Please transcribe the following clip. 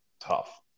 tough